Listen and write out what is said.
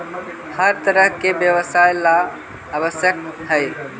हर तरह के व्यवसाय ला आवश्यक हई